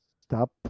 stop